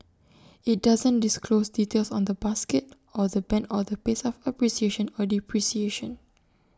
IT doesn't disclose details on the basket or the Band or the pace of appreciation or depreciation